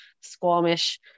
Squamish